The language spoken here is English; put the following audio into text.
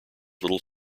little